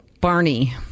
Barney